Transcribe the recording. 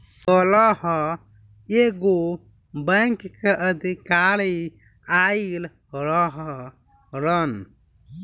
काल्ह एगो बैंक के अधिकारी आइल रहलन